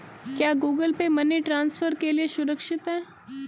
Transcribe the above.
क्या Google Pay money transfer के लिए सुरक्षित है?